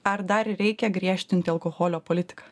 ar dar reikia griežtinti alkoholio politiką